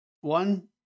One